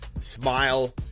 smile